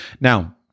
Now